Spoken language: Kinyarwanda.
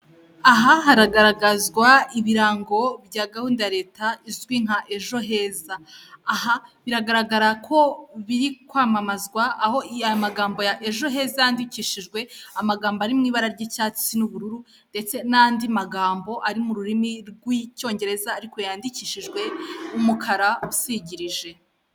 Aha hagaragazwa ibirango bya gahunda ya leta izwi nka ejo heza. Aha biragaragara ko biri kwamamazwa, aho aya magambo "ejo heza" yandikishijwe amagambo ari mu ibara ry'icyatsi, n'ubururu ndetse n'andi magambo ari mu rurimi rw'icyongereza ariko yandikishijwe umukara usigirije.